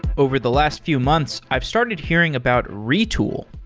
over the last few months, i've started hearing about retool.